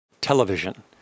Television